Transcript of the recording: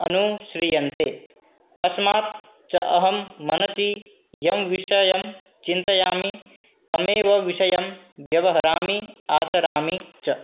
अनूश्रियन्ते अस्मात् च अहं मनसि यं विषयं चिन्तयामि तमेव विषयं व्यवहरामि आचरामि च